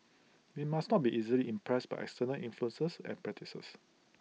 we must not be easily impressed by external influences and practices